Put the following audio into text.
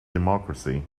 democracy